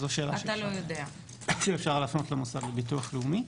זו שאלה שאפשר להפנות למוסד לביטוח לאומי.